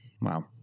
Wow